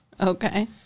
Okay